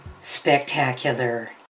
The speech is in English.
spectacular